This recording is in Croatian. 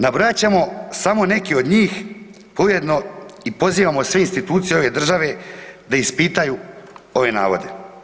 Nabrojat ćemo samo neke od njih i pozivamo sve institucije ove države da ispitaju ove navode.